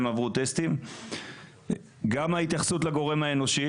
זאת אומרת כניסה לצומת של רכב ויציאה של רכב וכמובן מעצר,